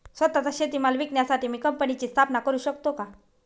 स्वत:चा शेतीमाल विकण्यासाठी मी कंपनीची स्थापना करु शकतो का?